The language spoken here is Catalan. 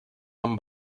amb